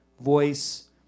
voice